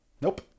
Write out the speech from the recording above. Nope